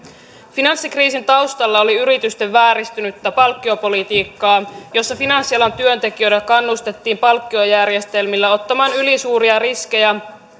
finanssikriisin taustalla oli yritysten vääristynyttä palkkiopolitiikkaa jossa finanssialan työntekijöitä kannustettiin palkkiojärjestelmillä ottamaan ylisuuria riskejä